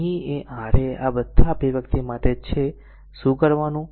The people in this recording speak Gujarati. અહીં એક a R એક બધા અભિવ્યક્તિ માટે છે શું કરવું